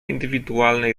indywidualne